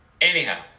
Anyhow